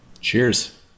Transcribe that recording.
cheers